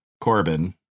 Corbin